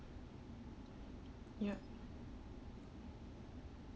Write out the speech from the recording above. ya